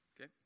Okay